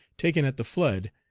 taken at the flood,